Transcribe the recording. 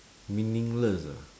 meaningless ah